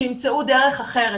שימצאו דרך אחרת.